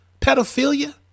pedophilia